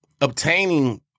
obtaining